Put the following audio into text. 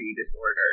disorder